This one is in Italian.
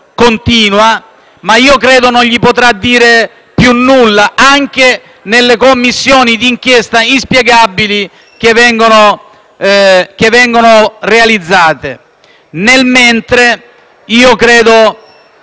continua ma che credo non gli potrà portare più nulla, anche nelle Commissioni di inchiesta inspiegabili che vengono istituite. Nel mentre, credo